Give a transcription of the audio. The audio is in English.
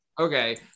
Okay